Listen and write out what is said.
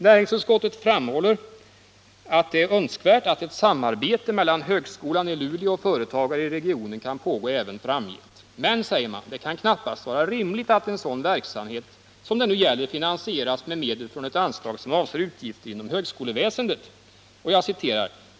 Näringsutskottet framhåller att det är önskvärt att ett samarbete mellan högskolan i Luleå och företag i regionen kan pågå även framgent. Men, säger man, det kan knappast vara rimligt att en sådan verksamhet som det nu gäller finansieras med medel från ett anslag som avser utgifter inom högskoleväsendet.